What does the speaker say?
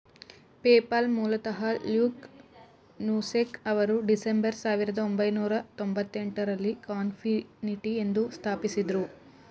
PayPal ಮೂಲತಃ Luke Nosek ಅವರು December ಸಾವಿರದ ಒಂಬೈನೂರ ತೊಂಭತ್ತೆಂಟು ರಲ್ಲಿ ಕಾನ್ಫಿನಿಟಿ ಎಂದು ಸ್ಥಾಪಿಸಿದ್ದ್ರು